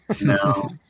no